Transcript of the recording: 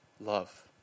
love